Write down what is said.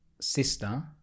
sister